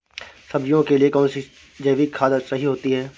सब्जियों के लिए कौन सी जैविक खाद सही होती है?